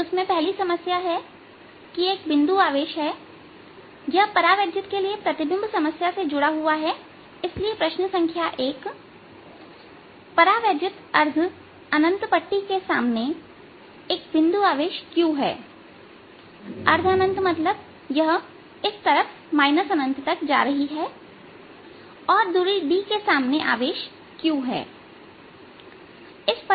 तो इसमें पहली समस्या है कि यदि एक बिंदु आवेश यह परावैद्युत के लिए प्रतिबिंब समस्या से जुड़ा हुआ है इसलिए प्रश्न संख्या 1 परावैद्युत अर्ध अनंत पट्टी के सामने एक बिंदु आवेश q है अर्ध अनंत मतलब यह इस तरफ अनंत तक जा रही है और दूरी d के सामने आवेश q है